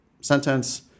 sentence